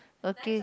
okay